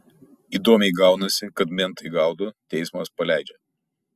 įdomiai gaunasi kad mentai gaudo teismas paleidžia